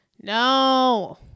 No